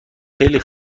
خیلی